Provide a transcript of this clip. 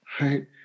right